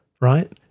right